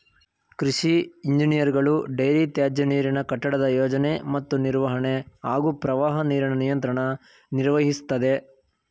ಕೃಷಿ ಇಂಜಿನಿಯರ್ಗಳು ಡೈರಿ ತ್ಯಾಜ್ಯನೀರಿನ ಕಟ್ಟಡದ ಯೋಜನೆ ಮತ್ತು ನಿರ್ವಹಣೆ ಹಾಗೂ ಪ್ರವಾಹ ನೀರಿನ ನಿಯಂತ್ರಣ ನಿರ್ವಹಿಸ್ತದೆ